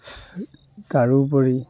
তাৰোপৰি